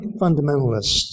fundamentalists